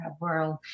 world